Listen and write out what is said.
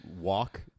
walk